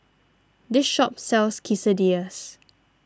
this shop sells Quesadillas